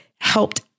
helped